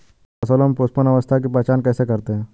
हम फसलों में पुष्पन अवस्था की पहचान कैसे करते हैं?